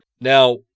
Now